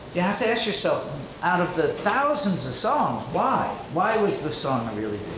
you have to ask yourself out of the thousands of songs, why? why was the song a really